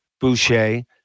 Boucher